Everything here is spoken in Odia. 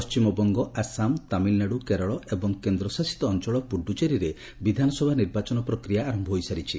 ପଣ୍ଟିମବଙ୍ଗ ଆସାମ୍ ତାମିଲନାଡୁ କେରଳ ଏବଂ କେନ୍ଦ୍ରଶାସିତ ଅଞ୍ଚଳ ପୁଡ଼ୁଚେରୀରେ ବିଧାନସଭା ନିର୍ବାଚନ ପ୍ରକ୍ରିୟା ଆରମ୍ଭ ହୋଇସାରିଛି